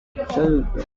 absoluto